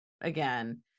again